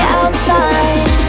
outside